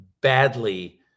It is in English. badly